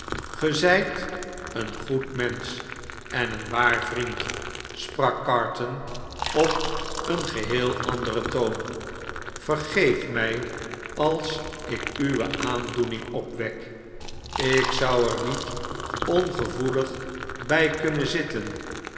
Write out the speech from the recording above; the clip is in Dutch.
zgt een goed mensch en een waar vriend sprak carton op een geheel anderen toon vergeef mjj als ik uwe aandoening opwek ik zou er niet ongevoelig bg kunnen zitten